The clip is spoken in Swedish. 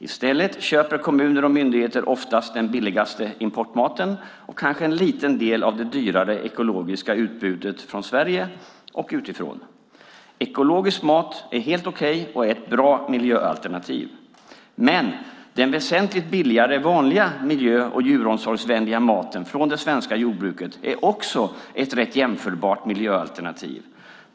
I stället köper kommuner och myndigheter oftast den billigaste importmaten och kanske en liten del av det dyrare ekologiska utbudet från Sverige och utifrån. Ekologisk mat är helt okej och är ett bra miljöalternativ. Men den väsentligt billigare vanliga miljö och djuromsorgsvänliga maten från det svenska jordbruket är också ett rätt jämförbart miljöalternativ.